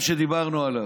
שדיברנו עליו.